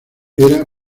era